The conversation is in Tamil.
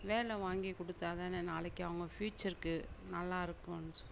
வேலை வாங்கி கொடுத்தா தானே நாளைக்கு அவங்க ஃப்யூச்சருக்கு நல்லாயிருக்குன் சொ